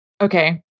Okay